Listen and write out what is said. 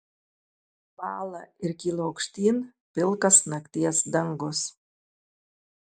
bąla ir kyla aukštyn pilkas nakties dangus